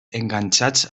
enganxats